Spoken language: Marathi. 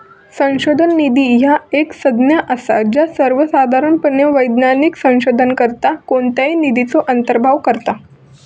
संशोधन निधी ह्या एक संज्ञा असा ज्या सर्वोसाधारणपणे वैज्ञानिक संशोधनाकरता कोणत्याही निधीचो अंतर्भाव करता